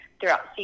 Throughout